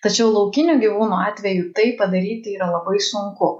tačiau laukinių gyvūnų atveju tai padaryti yra labai sunku